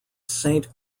saint